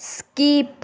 skip